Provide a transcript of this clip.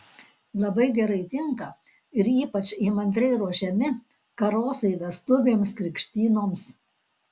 labai gerai tinka ir ypač įmantriai ruošiami karosai vestuvėms krikštynoms